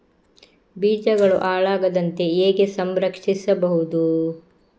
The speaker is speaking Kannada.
ಬೀಜಗಳು ಹಾಳಾಗದಂತೆ ಹೇಗೆ ಸಂರಕ್ಷಿಸಬಹುದು?